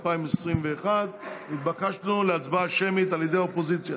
התשפ"א 2021. התבקשנו לקיים הצבעה שמית על ידי האופוזיציה.